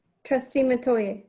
trustee metoyer.